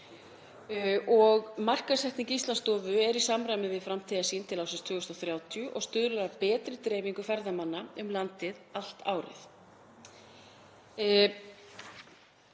Markaðssetning Íslandsstofu er í samræmi við framtíðarsýn til ársins 2030 og stuðlar að betri dreifingu ferðamanna um landið allt árið.